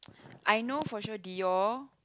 I know for sure Dior